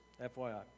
FYI